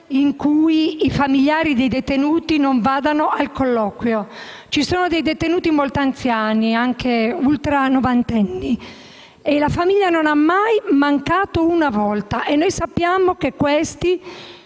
in cui i famigliari dei detenuti non vadano a colloquio; ci sono dei detenuti molto anziani, anche ultranovantenni, la cui famiglia non ha mai mancato un incontro. E noi sappiamo che essi